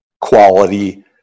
quality